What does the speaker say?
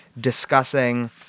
discussing